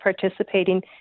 participating